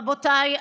רבותיי,